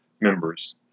members